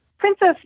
Princess